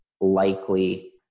likely